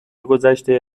گذشته